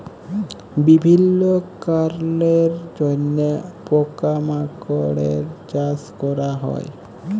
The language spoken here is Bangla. বিভিল্য কারলের জন্হে পকা মাকড়ের চাস ক্যরা হ্যয়ে